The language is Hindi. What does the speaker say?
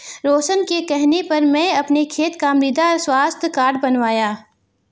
रोशन के कहने पर मैं अपने खेत का मृदा स्वास्थ्य कार्ड बनवाया